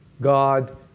God